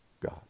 God